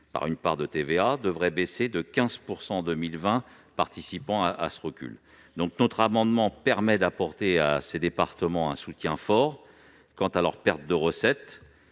par une part de TVA, devraient baisser de 15 % en 2020, participant à ce recul. Notre amendement tend à apporter à ces départements un soutien fort face à leur perte de recettes.